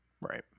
Right